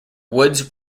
woods